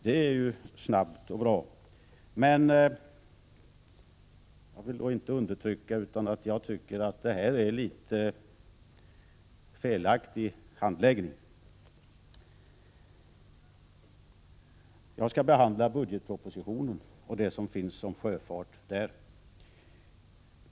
Men jag kan inte undertrycka min uppfattning att detta är en litet felaktig handläggning. Jag skall behandla budgetpropositionen och det som finns om sjöfart där.